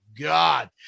God